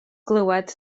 glywed